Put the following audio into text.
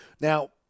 now